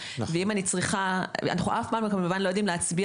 ואנחנו אף פעם כמובן לא יודעים להצביע